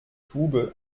tube